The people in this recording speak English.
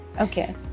Okay